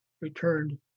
returned